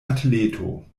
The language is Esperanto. atleto